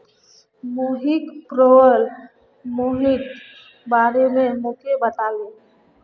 Mohit coir प्रमुख प्रयोगेर बारे मोक बताले